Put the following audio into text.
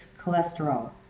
cholesterol